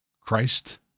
Christ